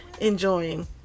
enjoying